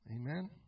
Amen